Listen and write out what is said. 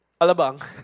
alabang